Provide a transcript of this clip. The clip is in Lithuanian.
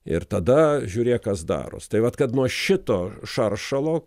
ir tada žiūrėk kas daros tai vat kad nuo šito šaršalo